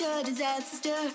Disaster